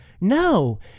No